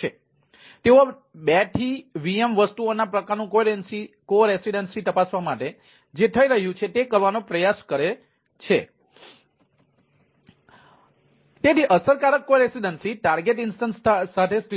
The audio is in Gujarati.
તેથી તેઓ 2 થી VM વસ્તુઓના પ્રકારનું કો રેસીડેન્સી તપાસવા માટે જે થઈ રહ્યું છે તે કરવાનો પ્રયાસ કરે છે તેથી અસરકારક કો રેસીડેન્સીટાર્ગેટ ઇન્સ્ટન્સ સ્થાપિત